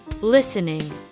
Listening